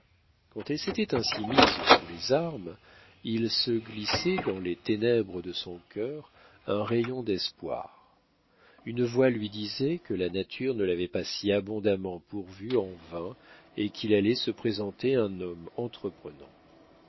quand elle s'était ainsi mise sous les armes il se glissait dans les ténèbres de son cœur un rayon d'espoir une voix lui disait que la nature ne l'avait pas si abondamment pourvue en vain et qu'il allait se présenter un homme entreprenant